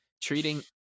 treating